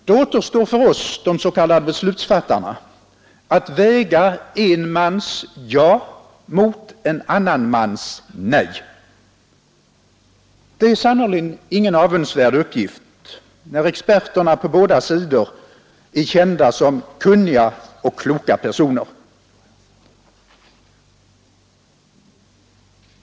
Då återstår för oss, de s.k. beslutsfattarna, att väga en mans ja mot en annan mans nej. Det är sannerligen ingen avundsvärd uppgift, när experterna på båda sidorna är kända som kunniga och kloka personer.